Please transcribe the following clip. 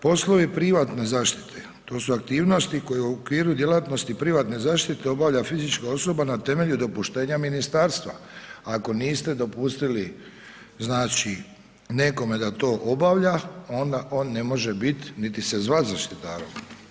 Poslovi privatne zaštite, to su aktivnosti koje u okviru djelatnosti privatne zaštite obavlja fizička osoba na temelju dopuštenja ministarstva, ako niste dopustili znači nekome da to obavlja onda on ne može bit niti se zvat zaštitarom.